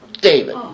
David